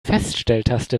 feststelltaste